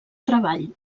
treball